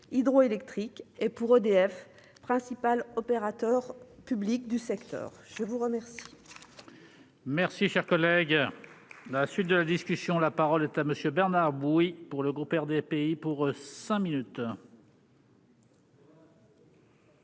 hydroélectriques et pour EDF, principal opérateur public du secteur, je vous remercie.